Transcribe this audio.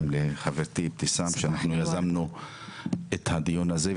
גם לחברתי אבתיסאם שאנחנו יזמנו את הדיון הזה,